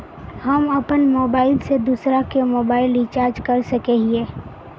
हम अपन मोबाईल से दूसरा के मोबाईल रिचार्ज कर सके हिये?